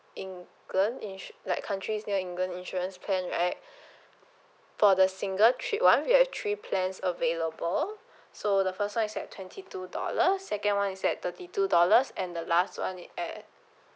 england insu~ like countries near england insurance plan right for the single trip [one] we have three plans available so the first [one] is at twenty two dollars second [one] is at thirty two dollars and the last [one] is at